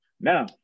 Now